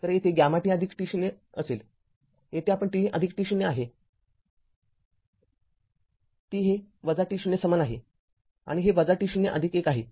तरयेथे γtt0 असेल येथे आपले tt0 आहे t हे t0 समान आहे आणि हे t0१ आहे